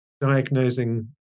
diagnosing